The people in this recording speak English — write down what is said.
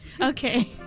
Okay